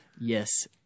yes